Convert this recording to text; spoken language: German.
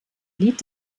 lied